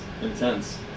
intense